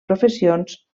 professions